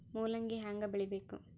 ಮೂಲಂಗಿ ಹ್ಯಾಂಗ ಬೆಳಿಬೇಕು?